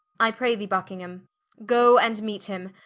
i pray thee buckingham go and meete him,